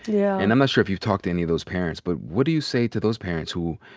yeah and i'm not sure if you've talked to any of those parents. but what do you say to those parents who,